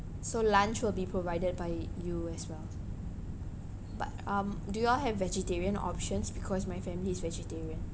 so lunch will be provided by you as well but um do y'all have vegetarian options because my family is vegetarian